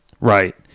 Right